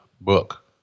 book